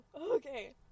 Okay